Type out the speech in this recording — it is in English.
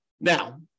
Now